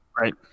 right